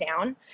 down